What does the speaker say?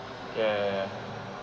ya ya ya